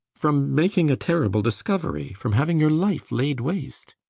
from making a terrible discovery. from having your life laid waste.